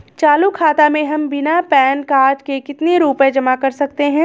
चालू खाता में हम बिना पैन कार्ड के कितनी रूपए जमा कर सकते हैं?